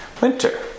Winter